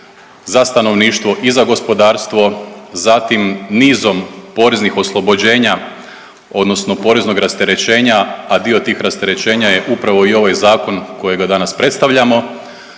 za stanovništvo i za gospodarstvo, zatim nizom poreznih oslobođenja odnosno poreznog rasterećenja, a dio tih rasterećenja je upravo i ovaj zakon kojega danas predstavljamo.